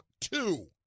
two